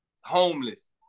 homeless